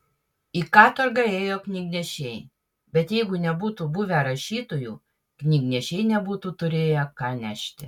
į katorgą ėjo knygnešiai bet jeigu nebūtų buvę rašytojų knygnešiai nebūtų turėję ką nešti